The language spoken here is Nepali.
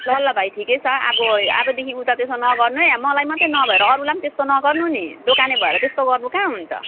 ल ल भाइ ठिकै छ अब अबदेखि उता त्यसो नगर्नु है मलाई मात्रै नभएर अरूलाई पनि त्यस्तो नगर्नु नि दोकाने भएर त्यस्तो गर्नु कहाँ हुन्छ